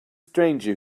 stranger